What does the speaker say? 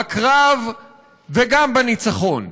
בקרב וגם בניצחון.